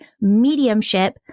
mediumship